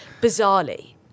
bizarrely